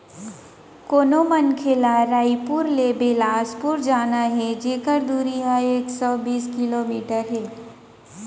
कोनो मनखे ल रइपुर ले बेलासपुर जाना हे जेकर दूरी ह एक सौ बीस किलोमीटर हे